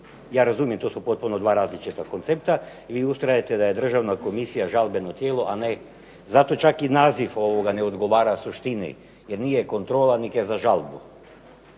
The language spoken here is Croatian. Ja razumijem, to su dva potpuno različita koncepta i vi ustrajete da je Državna komisija žalbeno tijelo, a ne, zato čak i naziv ne odgovara suštini, jer nije kontrola nego je za žalbu.